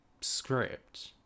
script